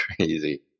crazy